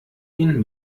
ihn